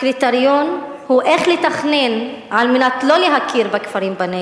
הקריטריון הוא איך לתכנן על מנת לא להכיר בכפרים בנגב,